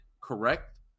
correct